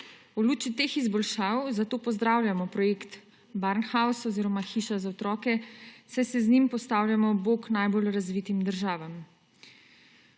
V luči teh izboljšav zato pozdravljamo projekt Barnhouse oziroma hiša za otroke, saj se z njim postavljamo ob bok najbolj razvitim državam.